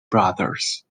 brothers